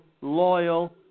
loyal